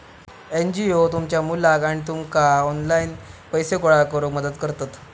NGO तुमच्या मुलाक आणि तुमका ऑनलाइन पैसे गोळा करूक मदत करतत